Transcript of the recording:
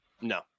No